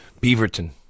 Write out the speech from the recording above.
Beaverton